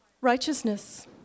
righteousness